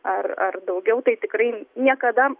ar ar daugiau tai tikrai niekada